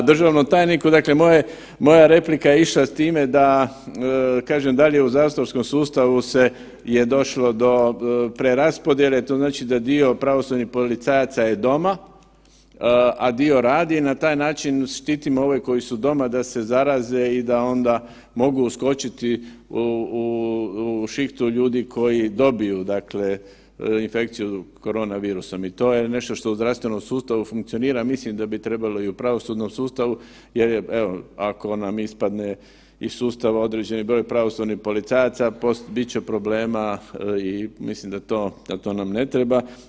A državnom tajniku, dakle moja replika je išla s time da kažem dalje u zatvorskom sustavu se je došlo do preraspodjele, to znači da dio pravosudnih policajaca je doma, a dio radi i na taj način štitimo ove koji su doma da se zaraze i da onda mogu uskočiti u šihtu ljudi koji dobiju dakle infekciju korona virusom i to je nešto što u zdravstvenom sustavu funkcionira, mislim da bi trebalo i u pravosudnom sustavu, jer je evo ako nam ispadne iz sustava određeni broj pravosudnih policajaca bit će problema i mislim da to nam ne treba.